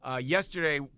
yesterday –